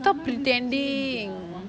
stop pretending